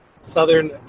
Southern